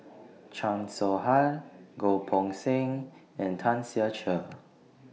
Chan Soh Ha Goh Poh Seng and Tan Ser Cher